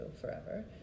forever